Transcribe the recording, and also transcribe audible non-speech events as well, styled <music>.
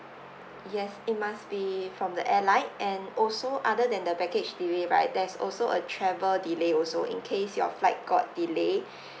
yes it must be from the airline and also other than the baggage delay right there's also a travel delay also in case your flight got delay <breath>